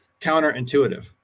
counterintuitive